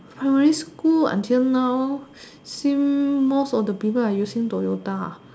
primary school until now seem most of the people are using Toyota